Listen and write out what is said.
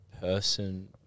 person